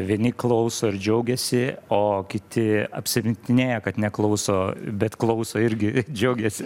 vieni klauso ir džiaugiasi o kiti apsimetinėja kad neklauso bet klauso irgi džiaugiasi